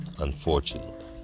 unfortunately